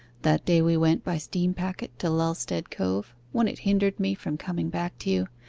that day we went by steam-packet to lulstead cove, when it hindered me from coming back to you,